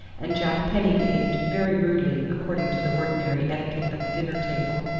and jack penny behaved very rudely, according to the ordinary etiquette of the dinner table,